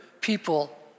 people